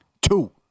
two